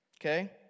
okay